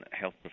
health